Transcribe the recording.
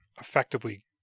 effectively